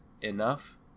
enough